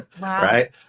right